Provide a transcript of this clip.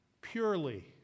purely